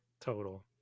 total